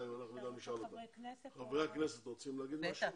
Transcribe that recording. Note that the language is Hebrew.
חברי הכנסת, רוצים להתייחס?